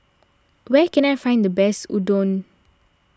where can I find the best Oden